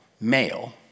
male